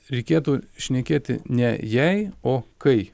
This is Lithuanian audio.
reikėtų šnekėti ne jei o kai